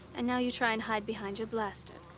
and now you try and hide behind your blaster.